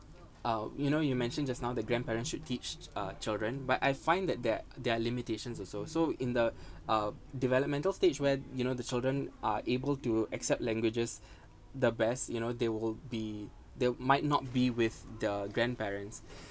uh you know you mentioned just now the grandparent should teach uh children but I find that that the~ there are limitations also so in the uh developmental stage where you know the children are able to accept languages the best you know they will be they might not be with the grandparents